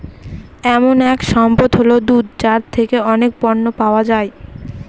এমন এক সম্পদ হল দুধ যার থেকে অনেক পণ্য পাওয়া যায়